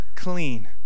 Clean